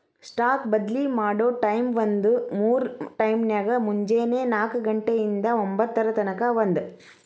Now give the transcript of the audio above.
stock ಬದ್ಲಿ ಮಾಡೊ ಟೈಮ್ವ್ಂದ್ರ ಮೂರ್ ಟೈಮ್ನ್ಯಾಗ, ಮುಂಜೆನೆ ನಾಕ ಘಂಟೆ ಇಂದಾ ಒಂಭತ್ತರ ತನಕಾ ಒಂದ್